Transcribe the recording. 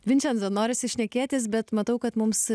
vinčenzo norisi šnekėtis bet matau kad mums